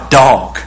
dog